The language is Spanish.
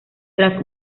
tras